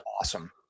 awesome